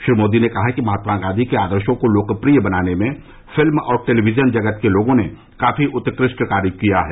श्री मोदी कहा कि महात्मा गांधी के आदर्शो को लोकप्रिय बनाने में फिल्म और टेलीविजन जगत के लोगों ने काफी उत्कृष्ट कार्य किया है